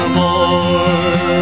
more